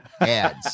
ads